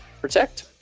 protect